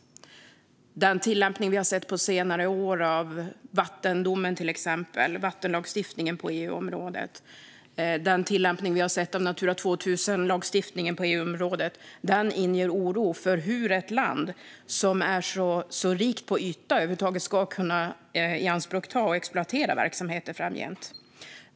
Den tillämpning som vi har sett under senare år av till exempel vattenlagstiftningen och Natura 2000-lagstiftningen på EU-området inger oro för hur ett land som är så rikt på yta över huvud taget ska kunna ta i anspråk och exploatera verksamheter framgent.